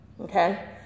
Okay